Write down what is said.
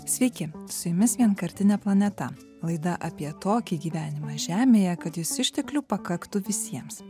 sveiki su jumis vienkartinė planeta laidą apie tokį gyvenimą žemėje kad jis išteklių pakaktų visiems